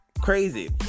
crazy